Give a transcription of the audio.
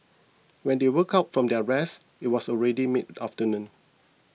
when they woke up from their rest it was already mid afternoon